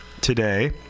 today